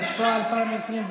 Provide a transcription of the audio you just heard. הצעת חוק הבנקאות (רישוי) (תיקון,